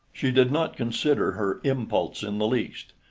she did not consider her impulse in the least,